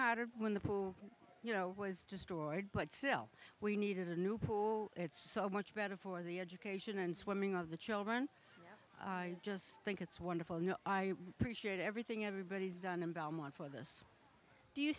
hearted when the you know was destroyed but still we needed a new pool it's so much better for the education and swimming of the children i just think it's wonderful and i preach it everything everybody's done in belmont for this do you